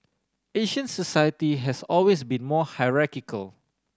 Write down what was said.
Asian society has always been more hierarchical